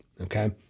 Okay